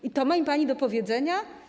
I to ma im pani do powiedzenia?